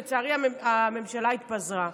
ולצערי הממשלה התפזרה.